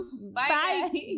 Bye